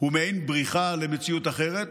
הוא מעין בריחה למציאות אחרת,